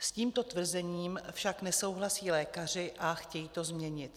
S tímto tvrzením však nesouhlasí lékaři a chtějí to změnit.